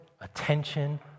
attention